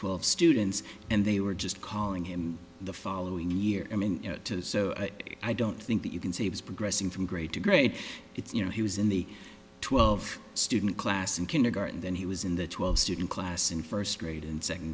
twelve students and they were just calling him the following year i mean you know i don't think that you can say he was progressing from grade to grade it's you know he was in the twelve student class in kindergarten then he was in the twelve student class in first grade and second